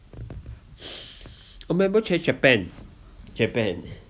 a memorable j~ japan japan